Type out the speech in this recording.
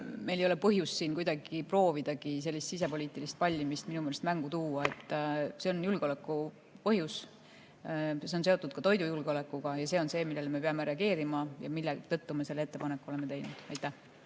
Meil ei ole põhjust siin kuidagi proovidagi sellist sisepoliitilist pallimist minu meelest mängu tuua. See on julgeoleku põhjus. See on seotud ka toidujulgeolekuga ja see on see, millele me peame reageerima ja mille tõttu me selle ettepaneku oleme teinud. Aitäh!